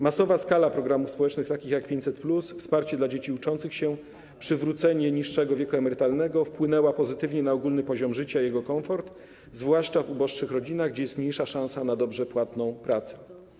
Masowa skala programów społecznych - takich jak 500+, wsparcie dla dzieci uczących się, przywrócenie niższego wieku emerytalnego - wpłynęła pozytywnie na ogólny poziom życia i jego komfort, zwłaszcza w uboższych rodzinach, gdzie jest mniejsza szansa na dobrze płatną pracę.